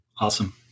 Awesome